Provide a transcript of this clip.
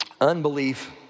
unbelief